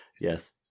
Yes